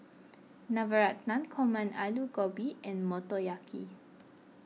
Navratan Korma Alu Gobi and Motoyaki